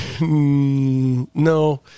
No